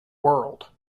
world